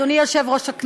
אדוני היושב-ראש,